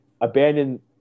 abandon